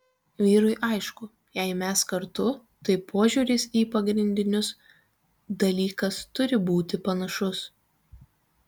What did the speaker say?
vyrui aišku jei mes kartu tai požiūris į pagrindinius dalykas turi būti panašus